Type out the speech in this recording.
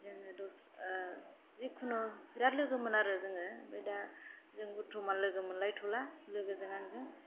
जोङो जिखुनु बिराद लोगोमोन आरो ओमफ्राय दा जों बरतमान लोगो मोनलायथ'ला लोगोजों आंजों